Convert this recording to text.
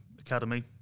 academy